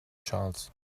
charles